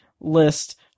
list